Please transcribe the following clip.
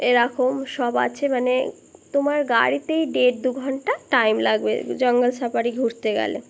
এরকম সব আছে মানে তোমার গাড়িতেই ডেড় দু ঘন্টা টাইম লাগবে জঙ্গল সাফারি ঘুরতে গেলে